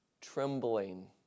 trembling